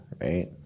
right